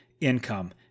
income